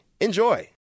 Enjoy